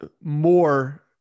more